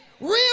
Real